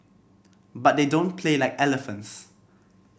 but they don't play like elephants